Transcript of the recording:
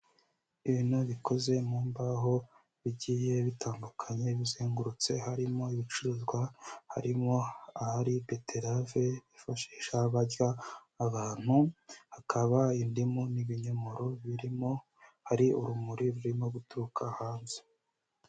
Ibintu bikoze mu mbaho bigiye bitandukanye bizengurutse harimo ibicuruzwa, harimo ahari beterave bifashisha barya abantu, hakaba indimu n'ibinyomoro birimo, hari urumuri rurimo guturuka hanze.